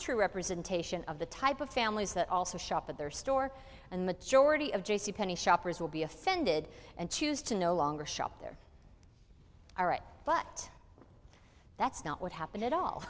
true representation of the type of families that also shop at their store and majority of j c penney shoppers will be offended and choose to no longer shop there all right but that's not what happened at all